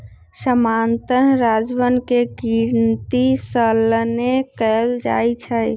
सामान्तः राजस्व के गिनति सलने कएल जाइ छइ